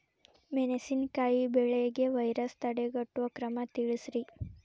ಮೆಣಸಿನಕಾಯಿ ಬೆಳೆಗೆ ವೈರಸ್ ತಡೆಗಟ್ಟುವ ಕ್ರಮ ತಿಳಸ್ರಿ